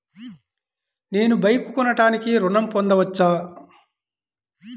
నేను బైక్ కొనటానికి ఋణం పొందవచ్చా?